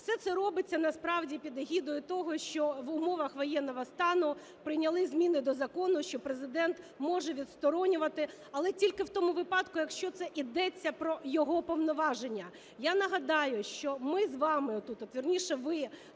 Все це робиться насправді під егідою того, що в умовах воєнного стану прийняли зміни до закону, що Президент може відсторонювати, але тільки в тому випадку, якщо це ідеться про його повноваження. Я нагадаю, що ми з вами отут, вірніше, ви,